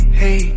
hey